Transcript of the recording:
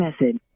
message